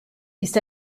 ist